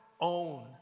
own